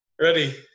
Ready